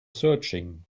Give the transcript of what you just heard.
searching